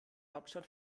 hauptstadt